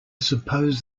suppose